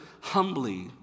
humbly